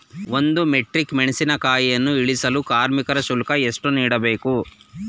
ಒಂದು ಮೆಟ್ರಿಕ್ ಮೆಣಸಿನಕಾಯಿಯನ್ನು ಇಳಿಸಲು ಕಾರ್ಮಿಕ ಶುಲ್ಕ ಎಷ್ಟು ನೀಡಬೇಕು?